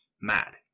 mad